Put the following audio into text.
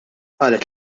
qalet